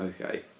okay